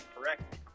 correct